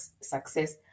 success